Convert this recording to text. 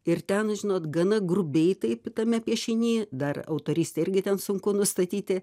ir ten žinot gana grubiai taip tame piešiny dar autorystę irgi ten sunku nustatyti